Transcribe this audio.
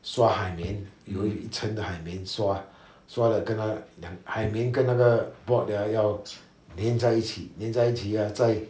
刷海绵有一层的海绵刷刷了跟它海绵跟那个 board ah 要黏在一起黏在一起再